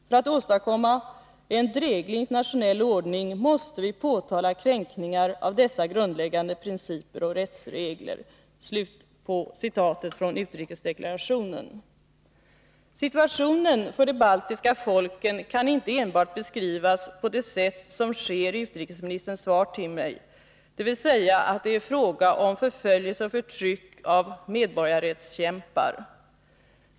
För att åstadkomma en dräglig internationell ordning måste vi påtala kränkningar av dessa grundläggande principer och rättsregler.” Situationen för de baltiska folken kan inte enbart beskrivas på det sätt som sker i utrikesministerns svar till mig, dvs. att det är fråga om förföljelse och förtryck av medborgarrättskämpar.